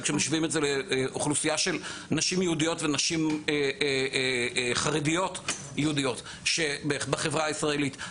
לאוכלוסייה של נשים יהודיות ונשים חרדיות יהודיות בחברה הישראלית.